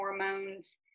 hormones